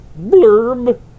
blurb